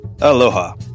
Aloha